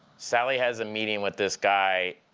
sally has a meeting with this guy,